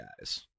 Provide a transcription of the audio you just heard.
guys